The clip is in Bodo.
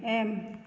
एम